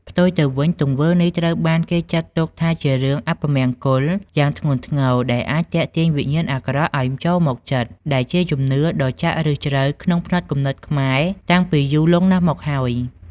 ផ្ទុយទៅវិញ ទង្វើនេះត្រូវបានគេចាត់ទុកថាជារឿង អពមង្គល យ៉ាងធ្ងន់ធ្ងរ ដែលអាចទាក់ទាញវិញ្ញាណអាក្រក់ឲ្យចូលមកជិត ដែលជាជំនឿដ៏ចាក់ឫសជ្រៅក្នុងផ្នត់គំនិតខ្មែរតាំងពីយូរលង់ណាស់មកហើយ។